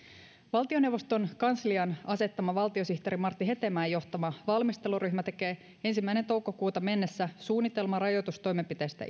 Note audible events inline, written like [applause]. valtioneuvoston kanslian asettama valtiosihteeri martti hetemäen johtama valmisteluryhmä tekee ensimmäinen toukokuuta mennessä suunnitelman rajoitustoimenpiteistä [unintelligible]